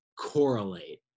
correlate